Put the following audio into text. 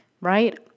right